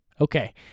Okay